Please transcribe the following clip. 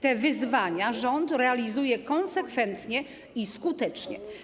Te wyzwania rząd realizuje konsekwentnie i skutecznie.